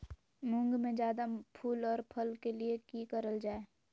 मुंग में जायदा फूल और फल के लिए की करल जाय?